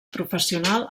professional